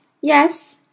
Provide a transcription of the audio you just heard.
yes